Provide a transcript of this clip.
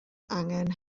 angen